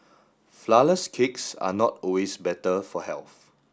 flourless cakes are not always better for health